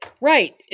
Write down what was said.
right